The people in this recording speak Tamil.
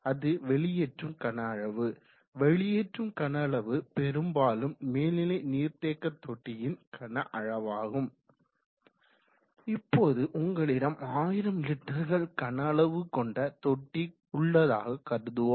அது வெளியேற்றும் கன அளவு வெளியேற்றப்படும் கனஅளவு பெரும்பாலும் மேல்நிலை நீர் தேக்க தொட்டியின் கனஅளவாகும் இப்போது உங்களிடம் 1000 லிடடர்கள் கன அளவு கொண்ட தொட்டி உள்ளதாக கருதுவோம்